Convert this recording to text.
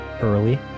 Early